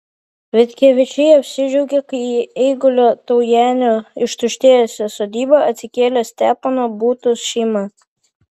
vitkevičiai apsidžiaugė kai į eigulio taujenio ištuštėjusią sodybą atsikėlė stepono būtos šeima